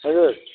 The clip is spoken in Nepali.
हजुर